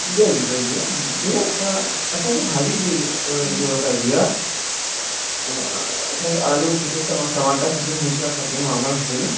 जय झूलेलाल भईया भईया असां असांखे भाॼी जी जरूरत आहे भईया असांखे आलू खपेन टम टमाटा खपनि मिशिरा खपनि वाङण खपनि